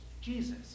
Jesus